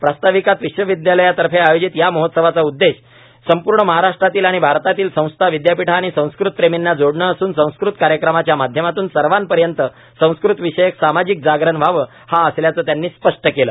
प्रास्ताविकात विश्वविद्यालयातर्फे आयोजित या महोत्सवाचा उद्देश संपूर्ण महाराष्ट्रातील आणि भारतातील संस्था विद्यापीठे आणि संस्कृतप्रेमींना जोडणे असून संस्कृत कार्यक्रमांच्या माध्यमातून सर्वापर्यत संस्कृतविषयक सामाजिक जागरण व्हावं हा असल्याचं त्यांनी स्पष्ट केलं